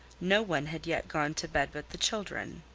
no one had yet gone to bed but the children.